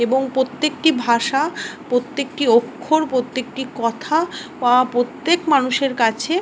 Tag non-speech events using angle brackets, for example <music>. এবং প্রত্যেকটি ভাষা প্রত্যেকটি অক্ষর প্রত্যেকটি কথা <unintelligible> প্রত্যেক মানুষের কাছে